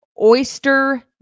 oyster